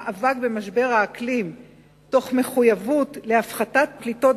למאבק במשבר האקלים תוך מחויבות להפחתת פליטות